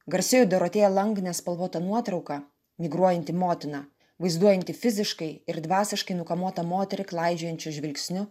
garsioji dorotėja lang nespalvota nuotrauka migruojanti motina vaizduojanti fiziškai ir dvasiškai nukamuotą moterį klaidžiojančiu žvilgsniu